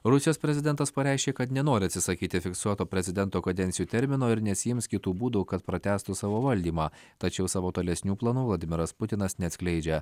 rusijos prezidentas pareiškė kad nenori atsisakyti fiksuoto prezidento kadencijų termino ir nesiims kitų būdų kad pratęstų savo valdymą tačiau savo tolesnių planų vladimiras putinas neatskleidžia